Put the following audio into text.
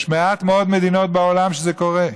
יש מעט מאוד מדינות בעולם שזה קורה.